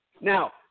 Now